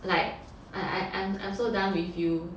like I I I'm I'm so done with you